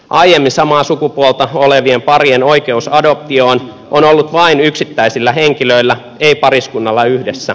aiemmin samaa sukupuolta olevien parien oikeus adoptioon on ollut vain yksittäisillä henkilöillä ei pariskunnalla yhdessä